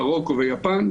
מרוקו ויפן,